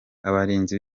abarinzi